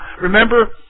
Remember